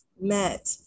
met